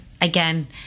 again